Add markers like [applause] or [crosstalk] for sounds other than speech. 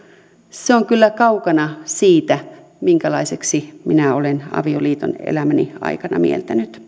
se on kyllä kaukana siitä minkälaiseksi minä olen avioliiton elämäni aikana mieltänyt [unintelligible]